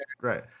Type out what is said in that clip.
right